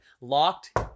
locked